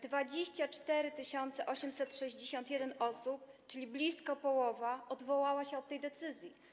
24 861 osób, czyli blisko połowa, odwołało się od tej decyzji.